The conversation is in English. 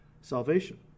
Salvation